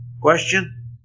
Question